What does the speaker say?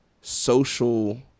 Social